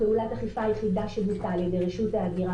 פעולת האכיפה היחידה שבוצעה על-ידי רשות ההגירה